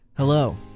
Hello